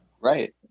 Right